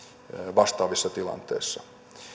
vastaavissa tilanteissa